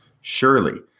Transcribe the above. surely